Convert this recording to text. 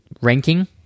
ranking